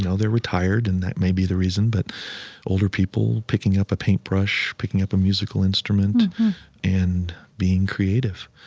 and they're retired and that may be the reason, but older people picking up a paintbrush, picking up a musical instrument and being creative,